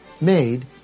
made